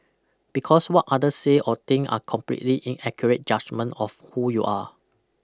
because what others say or think are completely inaccurate judgement of who you are